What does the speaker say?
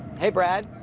hey, brad.